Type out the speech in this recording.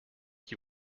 qui